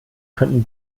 könnten